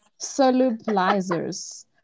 solubilizers